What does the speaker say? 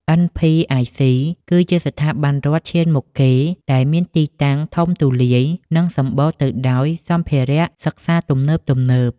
NPIC គឺជាស្ថាប័នរដ្ឋឈានមុខគេដែលមានទីតាំងធំទូលាយនិងសម្បូរទៅដោយសម្ភារសិក្សាទំនើបៗ។